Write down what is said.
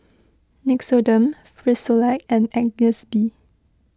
Nixoderm Frisolac and Agnes B